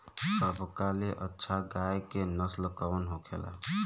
सबका ले अच्छा गाय के नस्ल कवन होखेला?